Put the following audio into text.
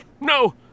No